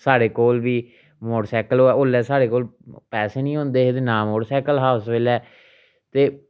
साढ़े कोल बी मोटरसाइकल होऐ ओल्लै साढ़े कोल पैसे नी होंदे हे ते नां मोटरसाइकल हा उस बेल्लै ते